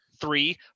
Three